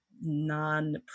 non